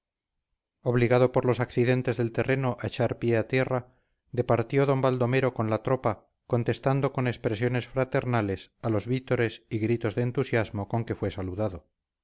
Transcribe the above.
obligado por los accidentes del terreno a echar pie a tierra departió d baldomero con la tropa contestando con expresiones fraternales a los vítores y gritos de entusiasmo con que fue saludado